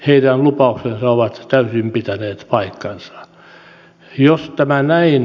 heidän lupauksensa ovat täysin pitäneet paikkansa